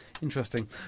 Interesting